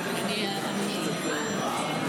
השר.